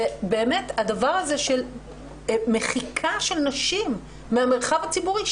הדבר הזה של מחיקה של נשים מהמרחב הציבורי,